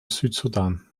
südsudan